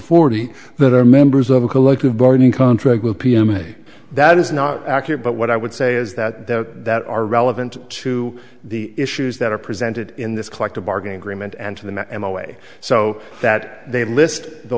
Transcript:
forty that are members of a collective bargaining contract with p m a that is not accurate but what i would say is that the that are relevant to the issues that are presented in this collective bargaining agreement and to the them away so that they list the